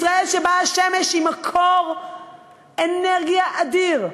ישראל שבה השמש היא מקור אנרגיה אדיר,